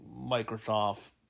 Microsoft